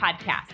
podcast